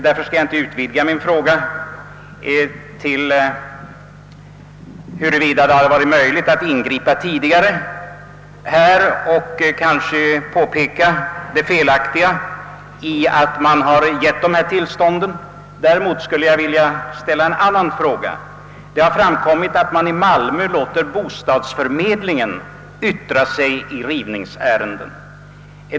Jag utvidgar alltså inte min fråga till att gälla om det varit möjligt att ingripa tidigare, och jag skall inte heller påpeka det felaktiga 1 att tillstånd till rivning givits i de aktuella fallen. Däremot vill jag ställa en annan fråga. Det har framkommit, att man i Malmö låter bostadsförmedlingen yttra sig i rivningsärenden.